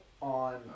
on